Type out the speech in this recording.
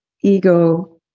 ego